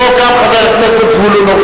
התשס"ט 2009,